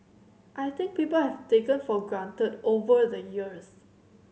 I think people have taken for granted over the years